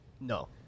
No